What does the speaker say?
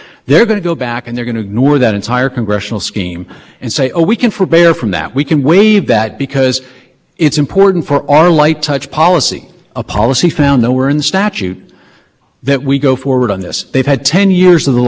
we said is the statute asked you to look and you have to look in the context of the statute we're talking about local exchange carriers they basically said we can just forbear for all okola change gears across the country without ever looking at the market conditions and our point is no congress had a